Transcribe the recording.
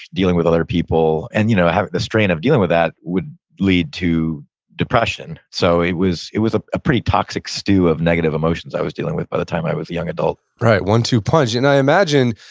dealing with other people and you know the strain of dealing with that would lead to depression. so it was it was a pretty toxic stew of negative emotions i was dealing with by the time i was a young adult right, one two punch. and i imagine,